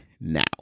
now